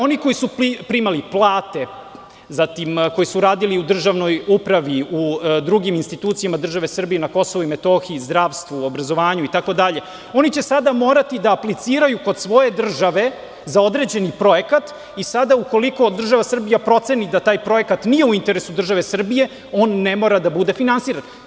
Oni koji su primali plate, koji su radili u državnoj upravi, u drugim institucijama države Srbije na Kosovu i Metohiji, zdravstvu i obrazovanju, oni će sada morati da apliciraju kod svoje države za određeni projekat i ukoliko država Srbija proceni da taj projekat nije u interesu države Srbije, on ne mora da bude finansiran.